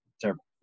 Terrible